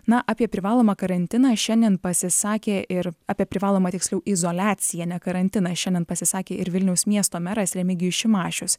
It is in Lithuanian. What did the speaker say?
na apie privalomą karantiną šiandien pasisakė ir apie privalomą tiksliau izoliaciją ne karantiną šiandien pasisakė ir vilniaus miesto meras remigijus šimašius